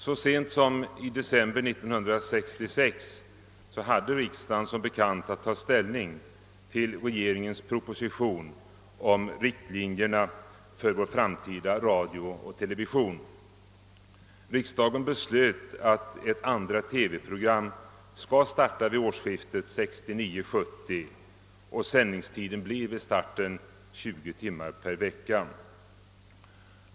Så sent som i december 1966 hade riksdagen som bekant att fa ställning till regeringens proposition om riktlinjerna för vår framtida radio och television. Riksdagen beslöt att ett andra TV-program skall starta vid årsskiftet 1969—1970 och att sändningstiden vid starten skulle bli 20 timmar per vecka.